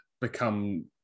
become